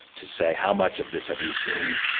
to say, how much of this have you seen?